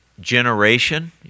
generation